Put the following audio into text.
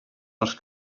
els